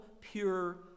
pure